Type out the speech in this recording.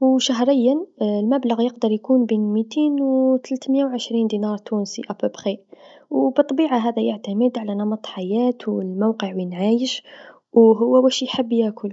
و شهريا المبلغ يقدر يكون بين متين و تلتاميا و عشرين دينار تونسي تقريبا، و بالطبيعه هذا يعتمد على نمط حياتو و موقع وين عايش و هو واش يحب ياكل.